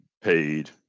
paid